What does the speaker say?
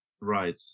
Right